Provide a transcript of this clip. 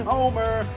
Homer